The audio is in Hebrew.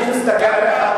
אני מסתכל עליך,